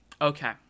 Okay